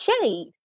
Shade